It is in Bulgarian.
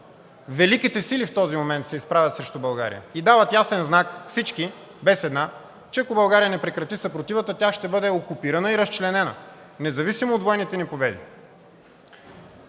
Великите сили в този момент се изправят срещу България и дават ясен знак всички – без една, че ако България не прекрати съпротивата, тя ще бъде окупирана и разчленена независимо от военните ни победи.